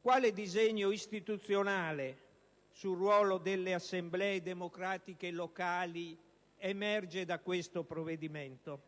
Quale disegno istituzionale sul ruolo delle assemblee democratiche locali emerge da questo provvedimento?